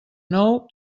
nou